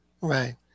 right